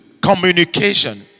communication